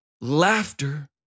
laughter